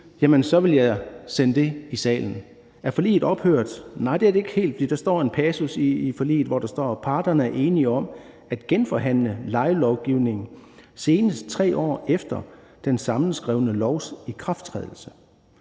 Jamen så vil jeg sende det i salen. Er forliget ophørt? Nej, det er det ikke helt, for der står en passus i forliget: »Parterne er enige om at genforhandle lejelovgivningen senest 3 år efter den sammenskrevne lovs ikrafttrædelse.